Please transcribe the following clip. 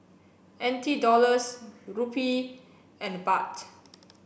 N T Dollars Rupee and Baht